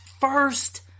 first